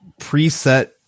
preset